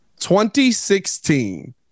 2016